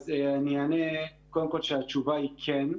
אז אני אענה קודם כול שהתשובה היא כן.